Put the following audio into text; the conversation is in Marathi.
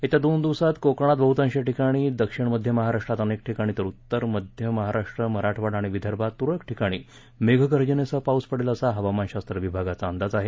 येत्या दोन दिवसात कोकणात बह्तांश ठिकाणी दक्षिण मध्य महाराष्ट्रात अनेक ठिकाणी तर उत्तर महाराष्ट्र मराठवाडा आणि विदर्भात तुरळक ठिकाणी मेघगर्जनेसह पाऊस पडेल असा हवामान शास्त्र विभागाचा अंदाज आहे